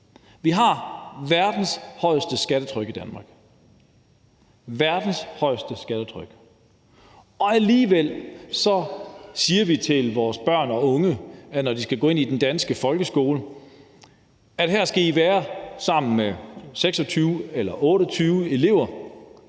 Vi har verdens højeste skattetryk i Danmark – verdens højeste skattetryk – og alligevel siger vi til vores børn og unge, når de skal gå i den danske folkeskole, at der skal de være sammen med 26 eller 28 elever,